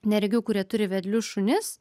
neregių kurie turi vedlius šunis